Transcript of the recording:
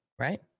Right